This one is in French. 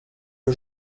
que